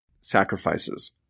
sacrifices